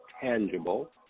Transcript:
tangible